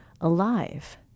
alive